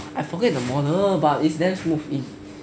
I forget the model but it's damn smooth